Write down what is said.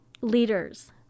leaders